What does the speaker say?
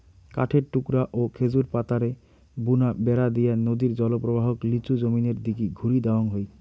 কাঠের টুকরা ও খেজুর পাতারে বুনা বেড়া দিয়া নদীর জলপ্রবাহক লিচু জমিনের দিকি ঘুরি দেওয়াং হই